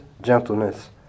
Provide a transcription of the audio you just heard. gentleness